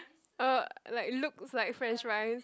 uh like looks like french fries